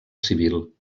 civil